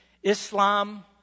Islam